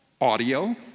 audio